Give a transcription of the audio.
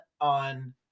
on